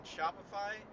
Shopify